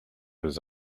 his